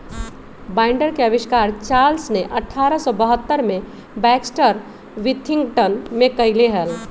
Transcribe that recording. binder के आविष्कार Charles ने अठारह सौ बहत्तर में बैक्सटर विथिंगटन में कइले हल